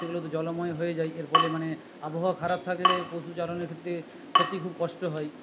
সেগুলো তো জলময় হয়ে যায় এর ফলে মানে আবহাওয়া খারাপ থাকলে পশুচারণের ক্ষেত্রে সত্যিই খুব কষ্ট হয়